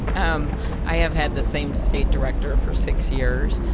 um i have had the same state director for six years.